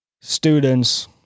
students